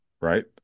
right